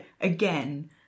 again